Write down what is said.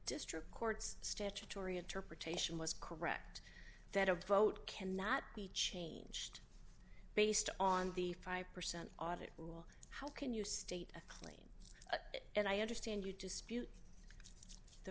district court's statutory interpretation was correct that a vote cannot be changed based on the five percent audit rule how can you state a clear and i understand you dispute the